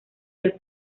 del